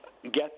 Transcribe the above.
get